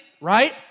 right